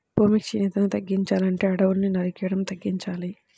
భూమి క్షీణతని తగ్గించాలంటే అడువుల్ని నరికేయడం తగ్గించాలి